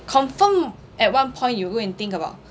confirm at one point you go and think about